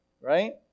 right